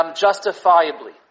justifiably